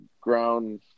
ground